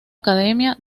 academia